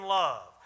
love